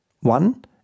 One